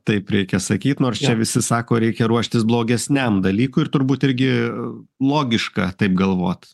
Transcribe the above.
taip reikia sakyt nors čia visi sako reikia ruoštis blogesniam dalykui ir turbūt irgi logiška taip galvot